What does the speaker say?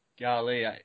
Golly